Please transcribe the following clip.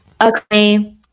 okay